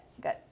good